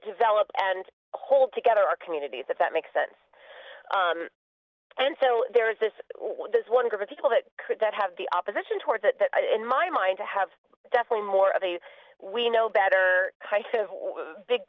develop and hold together our communities if that makes sense and so there is this one group of people that could that have the opposition towards it in my mind to have definitely more of a we know better big